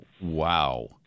Wow